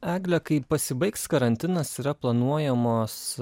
egle kai pasibaigs karantinas yra planuojamos